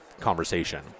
conversation